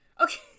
Okay